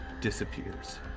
disappears